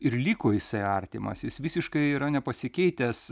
ir liko jisai artimas jis visiškai yra nepasikeitęs